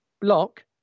block